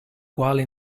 quale